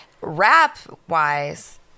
rap-wise